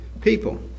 people